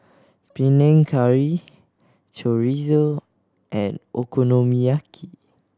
Panang Curry Chorizo and Okonomiyaki